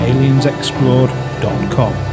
AliensExplored.com